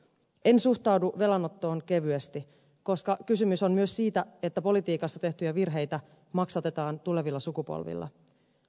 en suhtaudu velanottoon kevyesti koska kysymys on myös siitä että politiikassa tehtyjä virheitä maksatetaan tulevilla sukupolvilla